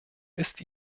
ist